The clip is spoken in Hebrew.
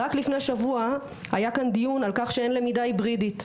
רק לפני שבוע היה כאן דיון על כך שאין למידה היברידית.